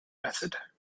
method